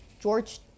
George